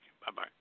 Bye-bye